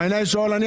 בעוד 30 דקות.